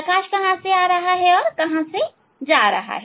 प्रकाश कहां से आ रहा है और कहां से जा रहा है